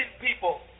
people